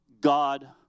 God